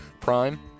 Prime